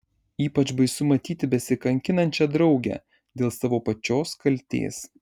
ypač baisu matyti besikankinančią draugę dėl savo pačios kaltės